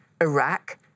Iraq